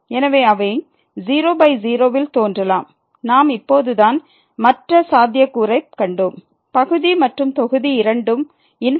எனவே அவை 00 இல் தோன்றலாம் நாம் இப்போது தான் மற்ற சாத்தியக்கூறைக் கண்டோம் பகுதி மற்றும் தொகுதி இரண்டும் ∞